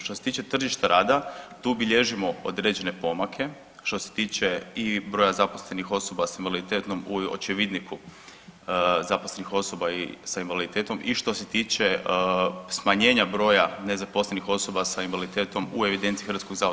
Što se tiče tržišta rada, tu bilježimo određene pomake, što se tiče i broja zaposlenih osoba s invaliditetom u očevidniku zaposlenih osoba sa invaliditetom i što se tiče smanjenja broja nezaposlenih osoba sa invaliditetom u evidenciji HZZ-a.